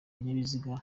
ibinyabiziga